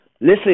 Listen